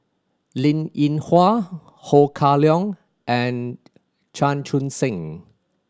Linn In Hua Ho Kah Leong and Chan Chun Sing